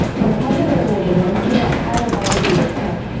then hug the low ribs in, feel that hollow body through the front.